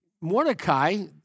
Mordecai